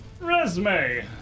Resume